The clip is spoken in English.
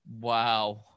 wow